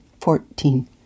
fourteen